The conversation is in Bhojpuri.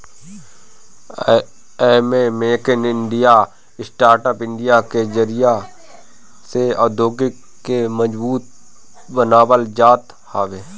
एमे make in India, startup India के जरिया से औद्योगिकी के मजबूत बनावल जात हवे